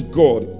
god